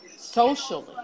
socially